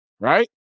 right